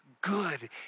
good